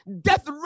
death